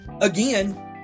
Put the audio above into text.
again